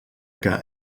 que